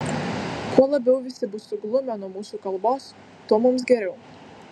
kuo labiau visi bus suglumę nuo mūsų kalbos tuo mums geriau